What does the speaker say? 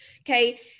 Okay